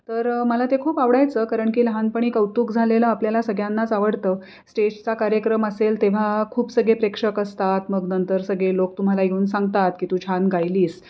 तर मला ते खूप आवडायचं कारण की लहानपणी कौतुक झालेलं आपल्याला सगळ्यांनाच आवडतं स्टेजचा कार्यक्रम असेल तेव्हा खूप सगळे प्रेक्षक असतात मग नंतर सगळे लोक तुम्हाला येऊन सांगतात की तू छान गायलीस